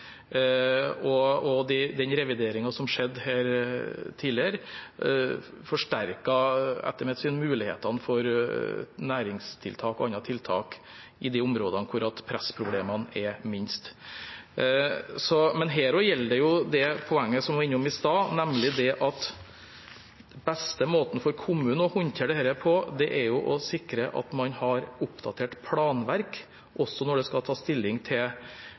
Den revideringen som skjedde her tidligere, forsterket etter mitt syn mulighetene for næringstiltak og andre tiltak i de områdene hvor pressproblemene er minst. Her gjelder også det poenget som vi var innom i stad, at den beste måten å håndtere dette på for kommunen er å sikre at man har oppdatert planverk, også når det skal tas stilling til